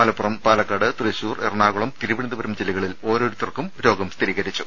മലപ്പുറം പാലക്കാട് തൃശൂർ എറണാകുളം തിരുവനന്തപുരം ജില്ലകളിൽ ഓരോരുത്തർക്കും രോഗം സ്ഥിരീകരിച്ചു